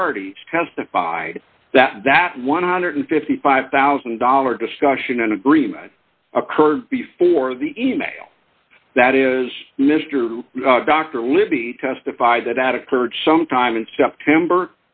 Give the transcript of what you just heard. parties testified that that one hundred and fifty five thousand dollars discussion an agreement occurred before the e mail that is mr dr libby testified that at occurred sometime in september